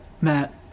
Matt